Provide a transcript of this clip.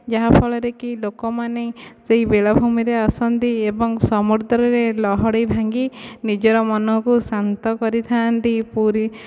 ଯାହାଫଳରେ କି ଲୋକମାନେ ସେହି ବେଳାଭୂମିରେ ଆସନ୍ତି ଏବଂ ସମୁଦ୍ରରେ ଲହଡ଼ି ଭାଙ୍ଗି ନିଜର ମନକୁ ଶାନ୍ତ କରିଥାନ୍ତି ପୁରୀ